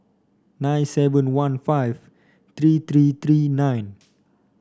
nine seven one five three three three nine